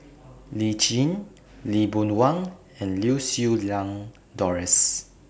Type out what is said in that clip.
Lee Tjin Lee Boon Wang and Lau Siew Lang Doris